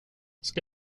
ska